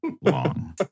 long